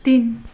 तिन